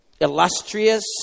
illustrious